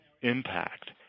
impact